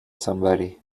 somebody